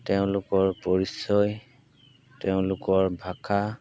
তেওঁলোকৰ পৰিচয় তেওঁলোকৰ ভাষা